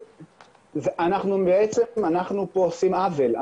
אנחנו בעצם פה עושים עוול,